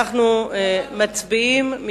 אנחנו מצביעים.